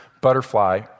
butterfly